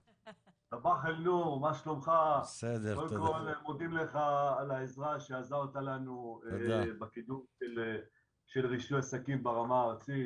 אנחנו מודים לך על העזרה שעזרת לנו בקידום של רישוי עסקים ברמה הארצית,